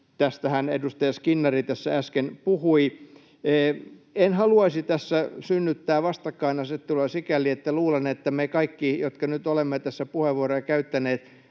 tästähän edustaja Skinnari tässä äsken puhui. En haluaisi tässä synnyttää vastakkainasettelua sikäli, että luulen, että me kaikki, jotka nyt olemme tässä puheenvuoroja käyttäneet,